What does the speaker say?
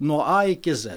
nuo a ik z